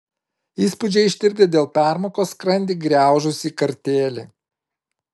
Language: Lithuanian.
įspūdžiai ištirpdė dėl permokos skrandį griaužusį kartėlį